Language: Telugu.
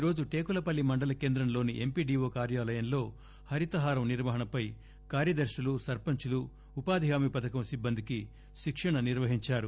ఈ రోజు టేకులపల్లి మండల కేంద్రంలోని ఎంపీడీఓ కార్యాలయంలో హరితహారం నిర్వహణపై కార్యదర్శులు సర్పంచ్ లు ఉపాధిహామీ పథకం సిబ్బందికి శిక్షణ నిర్వహించారు